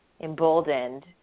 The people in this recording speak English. emboldened